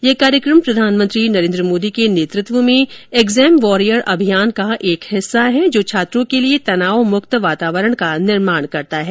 ये कार्यक्रम प्रधानमंत्री नरेंद्र मोदी के नेतृत्व में एग्जाम वॉरियर अभियान का एक हिस्सा है जो छात्रों के लिए तनावमुक्त वातावरण का सुजन करता है